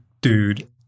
dude